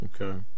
Okay